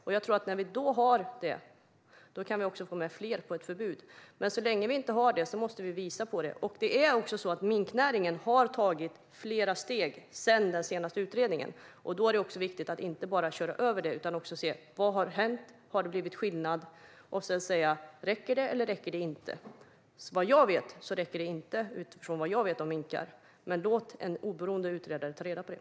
När vi får reda på det tror jag att vi kan få med fler på ett förbud. Men vi måste kunna visa detta. Det är också så att minknäringen har tagit flera steg sedan den senaste utredningen, och då är det viktigt att inte bara köra över det utan se vad som har hänt och om det har blivit skillnad. Sedan får man säga om det räcker eller inte. Vad jag vet räcker det inte utifrån vad jag vet om minkar, men låt en oberoende utredare ta reda på det!